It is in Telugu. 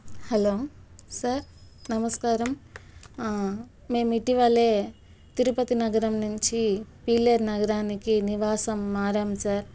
హలో సార్ నమస్కారం మేము ఇటీవలే తిరుపతి నగరం నుంచి పీలేరు నగరానికి నివాసం మారాము సార్